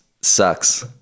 sucks